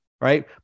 right